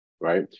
right